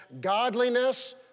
godliness